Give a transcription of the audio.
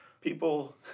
people